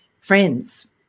friends